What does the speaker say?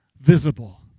visible